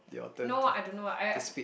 no I don't know I f~